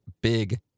big